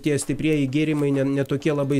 tie stiprieji gėrimai ne ne tokie labai